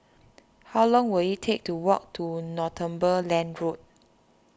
how long will it take to walk to Northumberland Road